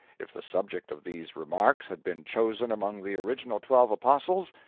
if the subject of these remarks had been chosen among the original twelve apostles,